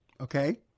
Okay